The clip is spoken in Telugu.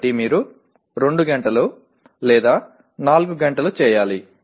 కాబట్టి మీరు దీన్ని 2 గంటలు లేదా 4 గంటలు చేయాలి